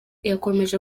yakomeje